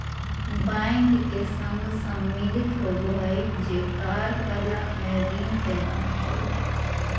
bank के संघ सम्मिलित होबो हइ जे कार्य कलाप में ऋण प्रदान करो हइ